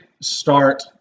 start